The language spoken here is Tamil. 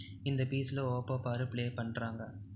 இந்த பீஸில் ஓபோ பார் ப்ளே பண்ணுறாங்க